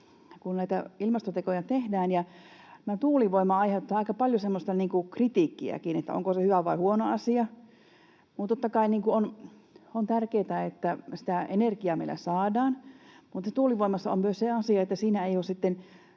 ilmastotekoja tehdään, niin tämä tuulivoima aiheuttaa aika paljon semmoista kritiikkiäkin, että onko se hyvä vai huono asia. Totta kai on tärkeätä, että sitä energiaa meillä saadaan. Mutta tuulivoimassa on myös se asia, että siinä ei ole